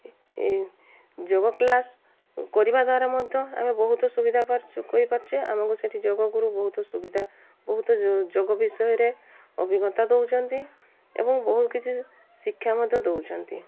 ଯୋଗ class କରିବା ଦ୍ୱାରା ମଧ୍ୟ ଆମେ ବହୁତ ସୁବିଧା ପାରୁଛୁ କହିପାରୁଛେ ଆମକୁ ସେଠି ଯୋଗଗୁରୁ ବହୁତ ସୁବିଧା ବହୁତ ଯୋଗ ବିଷୟରେ ଅଭିଜ୍ଞତା ଦେଉଛନ୍ତି ଏବଂ ବହୁତ କିଛି ଶିକ୍ଷା ମଧ୍ୟ ଦେଉଛନ୍ତି